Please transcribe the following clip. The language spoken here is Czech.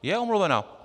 Je omluvena!